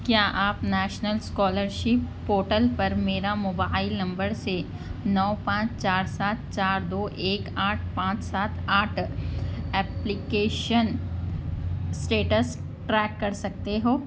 کیا آپ national scholarship portal پر میرا موبایل نمبر سے نو پانچ چار سات چار دو ایک آٹھ پانچ سات آٹھ ایپلیکیشن اسٹیٹس ٹریک کر سکتے ہو